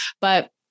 But-